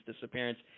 disappearance